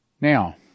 Now